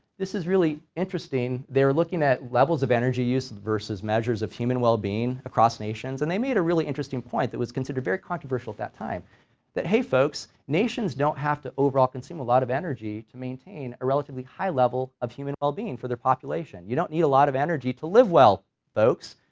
this is really interesting, they were looking at levels of energy used versus measures of human well-being across nations and they made a really interesting point that was considered very controversial at that time that hey folks, nations don't have to overall consume a lot of energy to maintain a relatively high level of human well-being for their population, you don't need a lot of energy to live well folks.